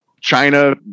China